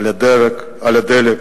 על הדלק,